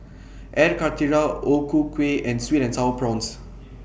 Air Karthira O Ku Kueh and Sweet and Sour Prawns